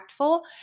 impactful